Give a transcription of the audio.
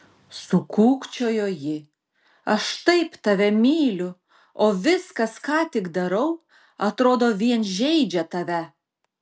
sukūkčiojo ji aš taip tave myliu o viskas ką tik darau atrodo vien žeidžia tave